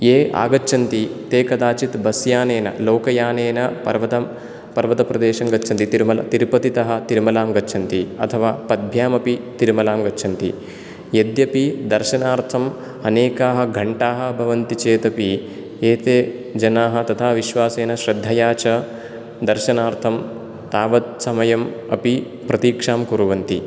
ये आगच्छन्ति ते कदाचित् बस्यानेन लोकयानेन पर्वतं पर्वतप्रदेशं गच्छन्ति तिरुमल तिरुपतितः तिरुमलां गच्छन्ति अथवा पद्भ्याम् अपि तिरुमलां गच्छन्ति यद्यपि दर्शनार्थम् अनेकाः घण्टाः भवन्ति चेदपि एते जनाः तथा विश्वासेन श्रद्धया च दर्शनार्थम् तावत्समयम् अपि प्रतीक्षां कुर्वन्ति